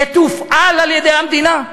יתופעל על-ידי המדינה?